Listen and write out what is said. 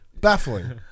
baffling